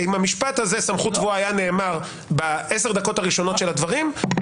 אם המשפט הזה סמכות טבועה היה נאמר בעשר דקות הראשונות של הדברים,